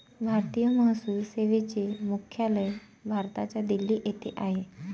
भारतीय महसूल सेवेचे मुख्यालय भारताच्या दिल्ली येथे आहे